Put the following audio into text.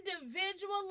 individually